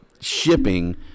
shipping